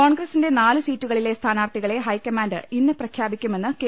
കോൺഗ്രസിന്റെ നാലു സീറ്റൂകളിലെ സ്ഥാനാർത്ഥികളെ ഹൈക്കമാന്റ് ഇന്ന് പ്രഖ്യാപിക്കുമെന്ന് കെ